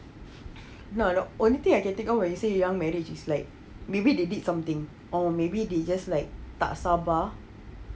now the only thing I can think of when you say young marriage is like maybe they did something or maybe they just like tak sabar